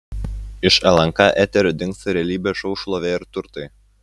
iš lnk eterio dingsta realybės šou šlovė ir turtai